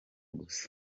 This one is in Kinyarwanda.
gusa